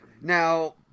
Now